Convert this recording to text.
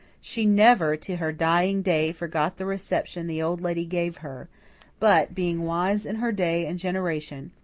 she never, to her dying day, forgot the reception the old lady gave her but, being wise in her day and generation,